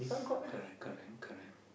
correct correct correct